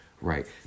right